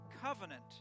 covenant